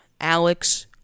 Alex